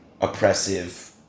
oppressive